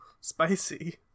spicy